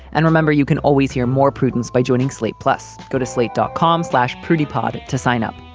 and remember, you can always hear more prudence by joining slate. plus, go to slate dot com slash pretty pod to sign up.